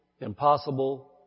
impossible